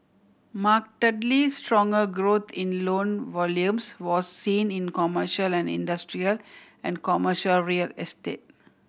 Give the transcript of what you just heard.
markedly stronger growth in loan volumes was seen in commercial and industrial and commercial real estate